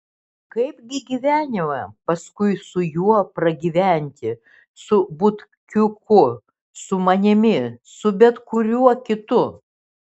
kaipgi gyvenimą paskui su juo pragyventi su butkiuku su manimi su bet kuriuo kitu